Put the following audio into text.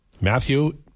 Matthew